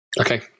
okay